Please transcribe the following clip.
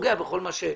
גם בייצור.